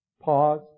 pause